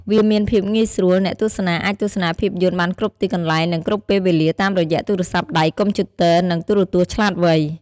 វាមានភាពងាយស្រួល អ្នកទស្សនាអាចទស្សនាភាពយន្តបានគ្រប់ទីកន្លែង និងគ្រប់ពេលវេលា តាមរយៈទូរស័ព្ទដៃ កុំព្យូទ័រ ឬទូរទស្សន៍ឆ្លាតវៃ។